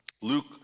Luke